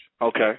Okay